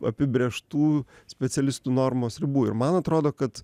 apibrėžtų specialistų normos ribų ir man atrodo kad